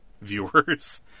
viewers